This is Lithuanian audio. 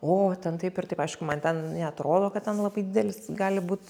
o ten taip ir taip aišku man ten neatrodo kad ten labai didelis gali būt